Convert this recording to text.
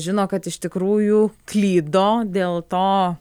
žino kad iš tikrųjų klydo dėl to